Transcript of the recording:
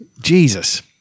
Jesus